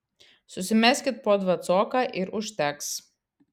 susimeskit po dvacoką ir užteks